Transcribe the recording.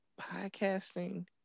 podcasting